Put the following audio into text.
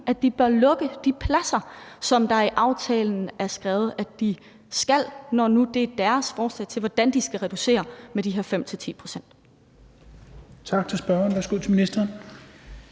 at de bør lukke de pladser, som der er skrevet i aftalen at de skal, når nu det er deres forslag til, hvordan de skal reducere med de her 5-10 pct.